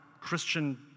Christian